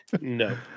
No